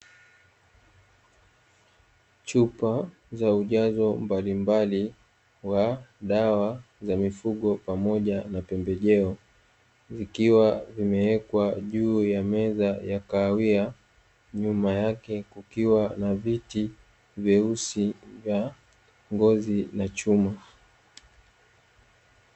Chupa za ujazo mbalimbali wa dawa za mifugo pamoja na pembejeo ikiwa imewekwa juu ya meza ya kahawia, nyuma yake kukiwa na viti vyeusi vya ngozi na chuma.